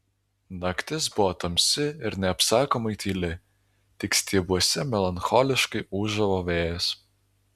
naktis buvo tamsi ir neapsakomai tyli tik stiebuose melancholiškai ūžavo vėjas